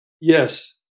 Yes